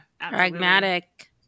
pragmatic